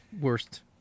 worst